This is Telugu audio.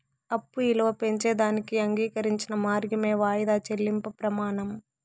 అప్పు ఇలువ పెంచేదానికి అంగీకరించిన మార్గమే వాయిదా చెల్లింపు ప్రమానం